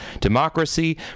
democracy